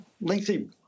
lengthy